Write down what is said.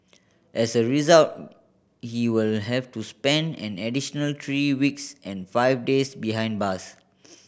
as a result he will have to spend an additional three weeks and five days behind bars